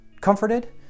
comforted